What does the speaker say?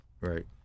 Right